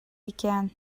икән